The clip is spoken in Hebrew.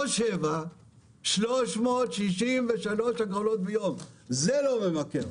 לא שבע אלא 363 הגרלות ביום, זה לא ממכר.